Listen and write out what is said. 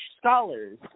scholars